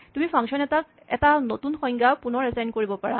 তুমি ফাংচন এটাক এটা নতুন সংজ্ঞা পুণৰ এচাইন কৰিব পাৰা